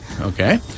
Okay